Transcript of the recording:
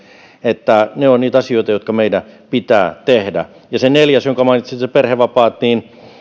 että ne ovat niitä asioita jotka meidän pitää tehdä se neljäs jonka mainitsitte perhevapaat